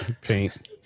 paint